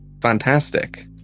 fantastic